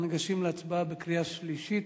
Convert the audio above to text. אנחנו ניגשים להצבעה בקריאה שלישית.